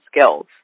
skills